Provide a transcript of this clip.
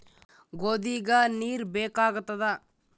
ಗೋಧಿಗ ನೀರ್ ಬೇಕಾಗತದ?